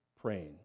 praying